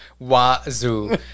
wazoo